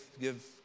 give